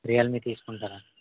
Realme తీసుకుంటారా